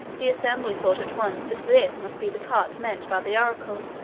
the assembly thought at once that this must be the cart meant by the oracle,